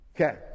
Okay